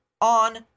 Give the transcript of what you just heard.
on